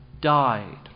died